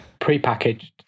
Prepackaged